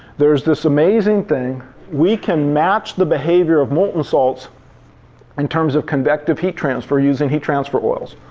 there's this amazing thing we can match the behavior of molten salts in terms of convective heat transfer using heat transfer oils.